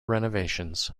renovations